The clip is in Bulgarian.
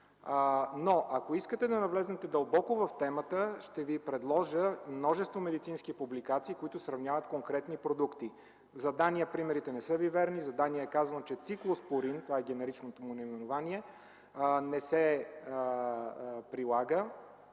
Ако искате да навлезете дълбоко в темата, ще Ви предложа множество медицински публикации, които сравняват конкретни продукти. За Дания примерите не са Ви верни. За Дания е казано, че циклоспорин – това е генеричното му наименование, не се прилага